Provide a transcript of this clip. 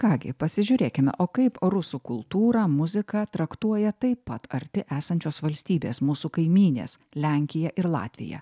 ką gi pasižiūrėkime o kaip rusų kultūrą muziką traktuoja taip pat arti esančios valstybės mūsų kaimynės lenkija ir latvija